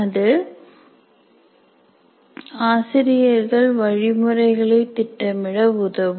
அது ஆசிரியர்கள் வழிமுறைகளை திட்டமிட உதவும்